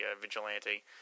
vigilante